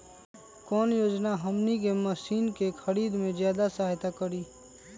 कौन योजना हमनी के मशीन के खरीद में ज्यादा सहायता करी?